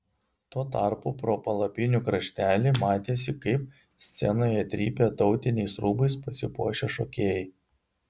tuo tarpu pro palapinių kraštelį matėsi kaip scenoje trypia tautiniais rūbais pasipuošę šokėjai